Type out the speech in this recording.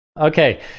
Okay